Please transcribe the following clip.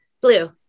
Blue